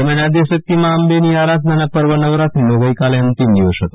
દરમિયાન આધશક્ત મા અંબેની આરાધનાનું પર્વ નવરાત્રિનો ગઈકાલે અંતિમ દિવસ હતો